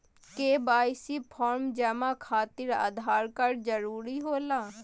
KYC form जमा खातिर Aadhaar card जरूरी होला?